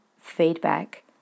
feedback